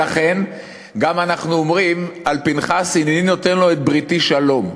ולכן גם אנחנו אומרים על פנחס: "הנני נֹתן לו את בריתי שלום".